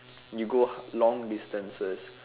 you go long distances